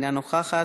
אינה נוכחת,